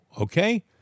okay